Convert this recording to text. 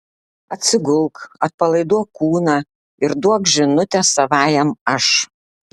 atsigulk atpalaiduok kūną ir duok žinutę savajam aš